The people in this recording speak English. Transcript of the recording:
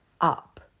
up